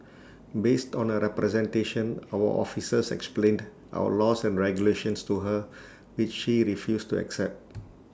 based on her representation our officers explained our laws and regulations to her which she refused to accept